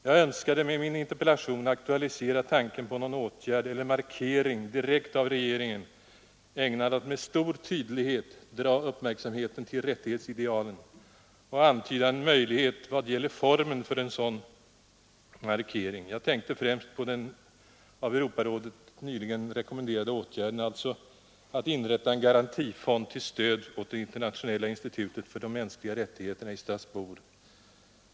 Jag önskade med min interpellation aktualisera tanken på någon åtgärd eller markering direkt av regeringen ägnad att med stor tydlighet dra uppmärksamheten till rättighetsidealen och antyda en möjlighet i vad det gäller formen för en sådan markering. Jag tänkte främst på den av Europarådet nyligen rekommenderade åtgärden att inrätta en garantifond till stöd åt Internationella institutet för de mänskliga rättigheterna i Strasbourg.